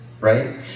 Right